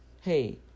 hey